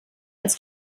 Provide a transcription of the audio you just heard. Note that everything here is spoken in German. als